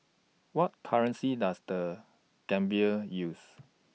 What currency Does The Gambia use